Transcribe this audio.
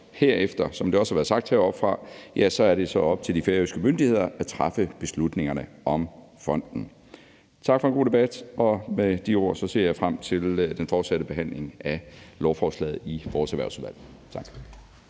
heroppefra, er det så op til de færøske myndigheder at træffe beslutningerne om fonden. Tak for en god debat, og med de ord ser jeg frem til den fortsatte behandling af lovforslaget i vores Erhvervsudvalg.